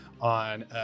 on